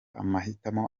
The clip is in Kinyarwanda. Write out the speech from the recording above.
amahitamo